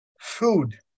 food